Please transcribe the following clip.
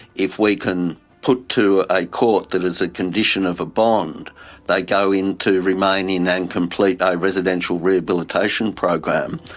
if we can put to a court that as a condition of a bond they go into, remain in and complete a residential rehabilitation program,